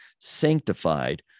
sanctified